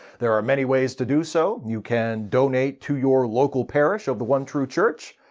there are many ways to do so. you can donate to your local parish of the one true church.